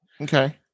Okay